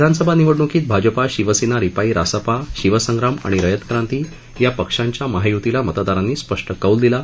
विधानसभा निवडणूकीत भाजपा शिवसेना रिपाई रासपा शिवसंग्राम आणि रयतक्रांती या पक्षांच्या महाय्तीला मतदारांनी स्पष्ट कौल दिला